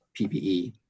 PPE